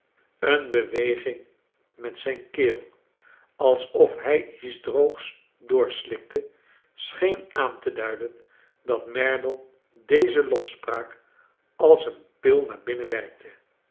een beweging met zijn keel alsof hij iets droogs doorslikte scheen aan te duiden dat merdle deze lof spraak als een pil naar binnen werkte